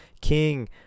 king